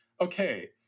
okay